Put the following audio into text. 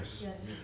Yes